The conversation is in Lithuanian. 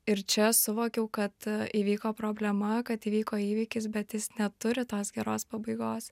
ir čia suvokiau kad įvyko problema kad įvyko įvykis bet jis neturi tos geros pabaigos